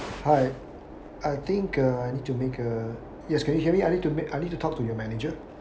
hi I think uh I need to make uh yes can you hear me I need to make I need to talk to your manager